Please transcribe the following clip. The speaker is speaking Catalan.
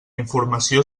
informació